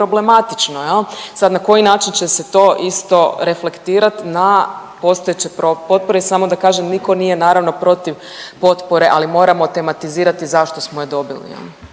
problematično jel. Sad na koji način će se to isto reflektirati na postojeće potpore. I samo da kažem nitko nije naravno protiv potpore ali moramo tematizirati zašto smo je dobili